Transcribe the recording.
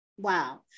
Wow